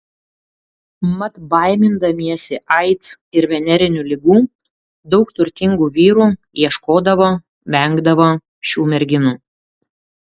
mat baimindamiesi aids ir venerinių ligų daug turtingų vyrų ieškodavo vengdavo šių merginų